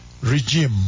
Regime